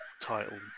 title